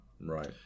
Right